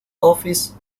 office